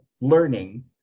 learning